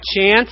chance